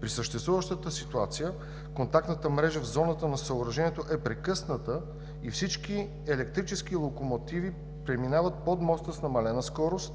При съществуващата ситуация контактната мрежа в зоната на съоръжението е прекъсната и всички електрически локомотиви преминават под моста с намалена скорост